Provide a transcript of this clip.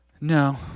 No